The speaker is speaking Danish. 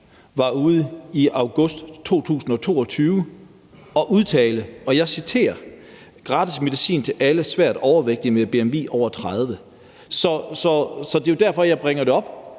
var ude i august 2022 og udtale: »Gratis medicin til alle svært overvægtige med et BMI over 30« . Så det er derfor, jeg bringer det op.